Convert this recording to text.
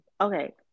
Okay